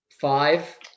five